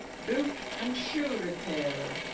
boot and shoe repairer